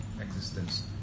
existence